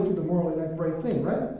the morally upright thing, right?